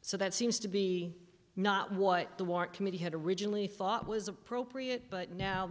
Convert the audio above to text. so that seems to be not what the warrant committee had originally thought was appropriate but now